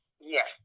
yes